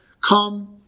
come